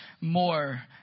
more